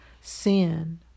Sin